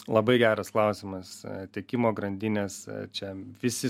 labai geras klausimas tiekimo grandinės čia visi